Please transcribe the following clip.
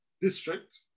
district